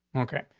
okay,